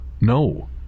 no